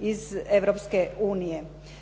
iz